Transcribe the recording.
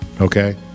Okay